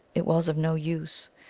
it was of no use.